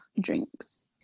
drinks